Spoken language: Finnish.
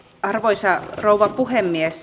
arvoisa rouva puhemies